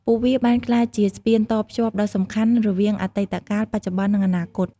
ពួកវាបានក្លាយជាស្ពានតភ្ជាប់ដ៏សំខាន់រវាងអតីតកាល បច្ចុប្បន្ន និងអនាគត។